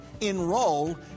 Enroll